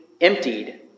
emptied